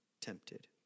tempted